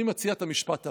אני מציע את המשפט הבא: